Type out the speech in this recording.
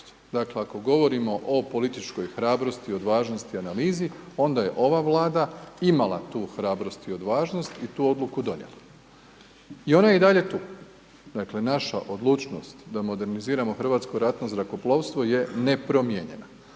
Dakle, ako govorimo o političkoj hrabrosti, odvažnosti, analizi onda je ova Vlada imala tu hrabrost i odvažnost i tu odluku donijela. I ona je i dalje tu, dakle naša odlučnost da moderniziramo hrvatsko ratno zrakoplovstvo je nepromijenjena.